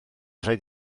rhaid